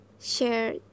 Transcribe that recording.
share